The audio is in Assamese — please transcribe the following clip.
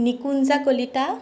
নিকুঞ্জা কলিতা